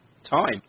Time